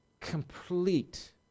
complete